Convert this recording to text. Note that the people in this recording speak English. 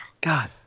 God